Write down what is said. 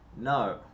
No